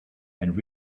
and